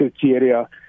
criteria